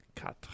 quatre